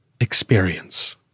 experience